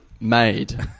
Made